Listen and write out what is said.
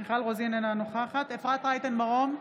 אינה נוכחת אפרת רייטן מרום,